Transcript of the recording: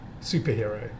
superhero